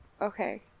okay